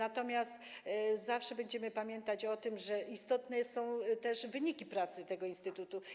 Ale zawsze będziemy pamiętać o tym, że istotne są też wyniki pracy tego instytutu.